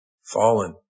fallen